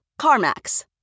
CarMax